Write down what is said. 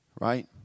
right